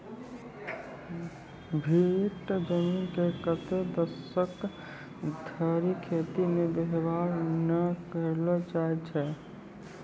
भीठ जमीन के कतै दसक धरि खेती मे वेवहार नै करलो जाय छै